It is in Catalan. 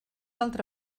altra